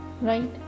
right